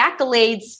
accolades